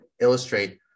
illustrate